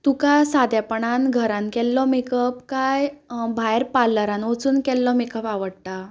तुका सादेपणान घरांत केल्लो मेकअप कांय भायर पार्लरांत वचून केल्लो मेकअप आवडटा